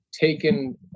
taken